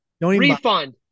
refund